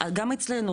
גם אצלנו,